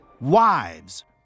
wives